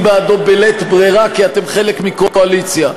בעדו בלית ברירה כי אתם חלק מקואליציה,